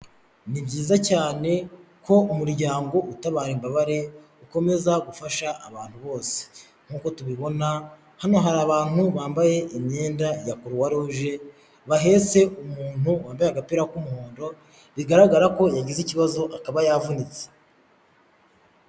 Ni byiza cyane ko umuryango utabara imbabare ukomeza gufasha abantu bose, nk'uko tubibona hano hari abantu bambaye imyenda ya kuruwaruje bahetse umuntu wambaye agapira k'umuhondo bigaragara ko yagize ikibazo akaba yavunitse